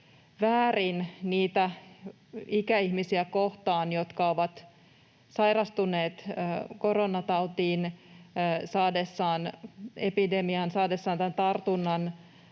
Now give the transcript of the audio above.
väärin niitä ikäihmisiä kohtaan, jotka ovat sairastuneet koronatautiin saatuaan tämän tartunnan